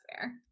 fair